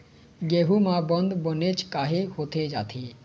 गेहूं म बंद बनेच काहे होथे जाथे?